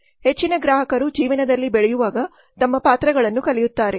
ಹೆಚ್ಚಿನ ಗ್ರಾಹಕರು ಜೀವನದಲ್ಲಿ ಬೆಳೆಯುವಾಗ ತಮ್ಮ ಪಾತ್ರಗಳನ್ನು ಕಲಿಯುತ್ತಾರೆ